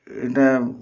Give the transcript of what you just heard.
ଏଇଟା